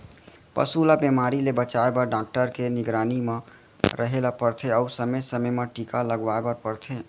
पसू ल बेमारी ले बचाए बर डॉक्टर के निगरानी म रहें ल परथे अउ समे समे म टीका लगवाए बर परथे